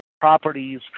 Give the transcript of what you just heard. properties